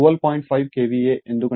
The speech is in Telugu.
5 KVA ఎందుకంటే 10 0